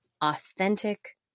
authentic